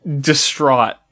distraught